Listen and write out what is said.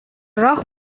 راه